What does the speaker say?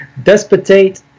Despotate